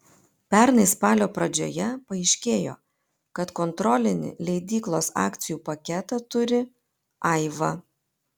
pernai spalio pradžioje paaiškėjo kad kontrolinį leidyklos akcijų paketą turi aiva